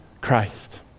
Christ